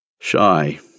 Shy